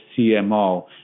CMO